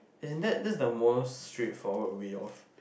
in that that's the most straightforward way of